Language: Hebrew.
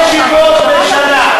שב בבקשה.